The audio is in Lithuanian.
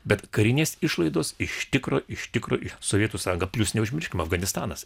bet karinės išlaidos iš tikro iš tikro sovietų sąjunga plius neužmirškim afganistanas